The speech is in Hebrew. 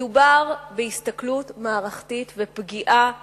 מדובר בהסתכלות מערכתית ובפגיעה